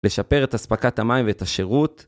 לשפר את הספקת המים ואת השירות